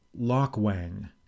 Lockwang